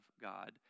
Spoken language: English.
God